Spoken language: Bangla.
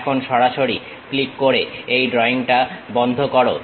এখন সরাসরি ক্লিক করে এই ড্রয়িংটা বন্ধ করো